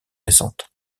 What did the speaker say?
récentes